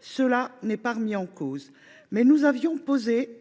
Cela n’est pas remis en cause. Toutefois, nous avions imposé